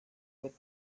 with